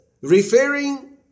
referring